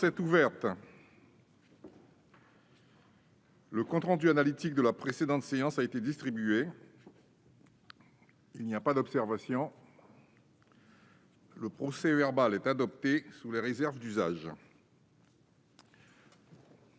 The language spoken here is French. est ouverte. Le compte rendu analytique de la précédente séance a été distribué. Il n'y a pas d'observation ?... Le procès-verbal est adopté sous les réserves d'usage.